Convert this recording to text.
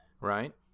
Right